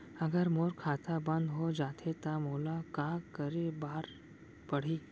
अगर मोर खाता बन्द हो जाथे त मोला का करे बार पड़हि?